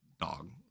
Dog